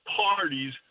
parties